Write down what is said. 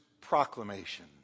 proclamation